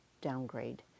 downgrade